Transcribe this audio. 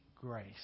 grace